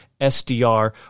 SDR